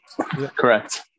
Correct